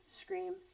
Scream